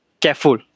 careful